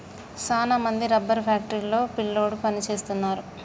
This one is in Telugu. సాన మంది రబ్బరు ఫ్యాక్టరీ లో పిల్లోడు పని సేస్తున్నారు